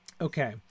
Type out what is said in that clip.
Okay